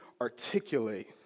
articulate